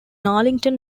arlington